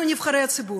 אנחנו נבחרי הציבור.